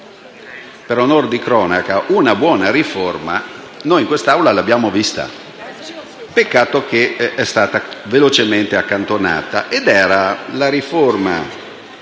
Per onor di cronaca, una buona riforma noi in quest'Aula l'abbiamo vista, peccato che è stata velocemente accantonata: